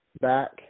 back